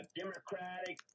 democratic